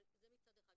זה מצד אחד.